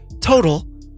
total